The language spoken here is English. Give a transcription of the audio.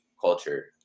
culture